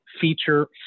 feature